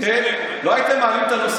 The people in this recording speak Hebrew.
אלא מה?